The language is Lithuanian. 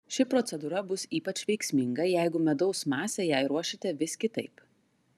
ši procedūra bus ypač veiksminga jeigu medaus masę jai ruošite vis kitaip